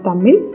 Tamil